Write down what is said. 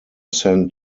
sent